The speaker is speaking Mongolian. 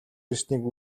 ирснийг